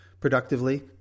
productively